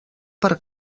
per